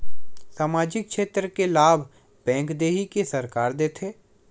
सामाजिक क्षेत्र के लाभ बैंक देही कि सरकार देथे?